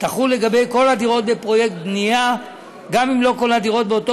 תחול לגבי כל הדירות בפרויקט בנייה גם אם לא כל הדירות באותו